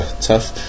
tough